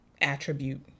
attribute